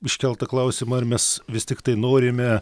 iškelt tą klausimą ar mes vis tiktai norime